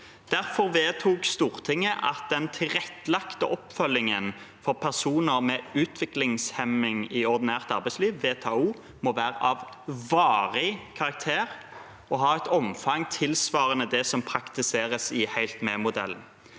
Derfor vedtok Stortinget at den tilrettelagte oppfølgingen for personer med utviklingshemming i ordinært arbeidsliv, VTA-O, må være av varig karakter og ha et omfang tilsvarende det som praktiseres i Helt Med-modellen.